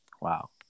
Wow